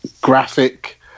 graphic